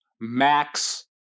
Max